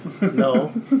No